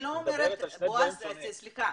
לא, בועז, סליחה,